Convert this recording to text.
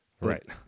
Right